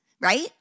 right